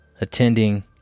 attending